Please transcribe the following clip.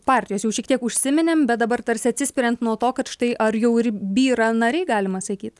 partijos jau šiek tiek užsiminėm bet dabar tarsi atsispiriant nuo to kad štai ar jau ir byra nariai galima sakyt